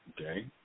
okay